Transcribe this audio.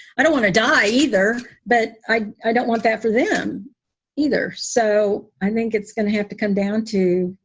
i don't want to die either, but i i don't want that for them either. so i think it's going to have to come down to,